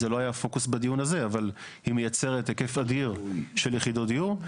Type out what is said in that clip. זה לא היה הפוקוס בדיון הזה אבל היא מייצרת היקף אדיר של יחידות דיור.